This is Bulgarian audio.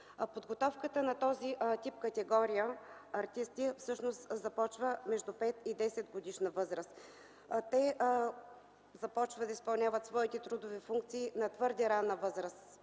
Подготовката на този вид категория артисти започва между 5 и 10 годишна възраст. Те започват да изпълняват своите трудови функции на твърде ранна възраст